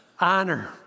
Honor